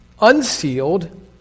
unsealed